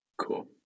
Cool